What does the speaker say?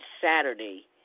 Saturday –